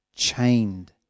Chained